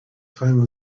time